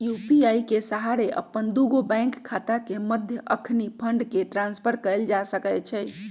UPI के सहारे अप्पन दुगो बैंक खता के मध्य अखनी फंड के ट्रांसफर कएल जा सकैछइ